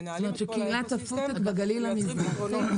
מנהלים אקו-סיסטם ומייצרים פתרונות.